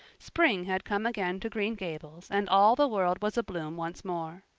spring had come again to green gables and all the world was abloom once more.